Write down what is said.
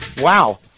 Wow